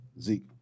Zeke